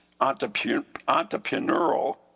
entrepreneurial –